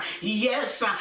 yes